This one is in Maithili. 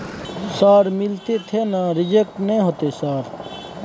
सर मिलते थे ना रिजेक्ट नय होतय सर?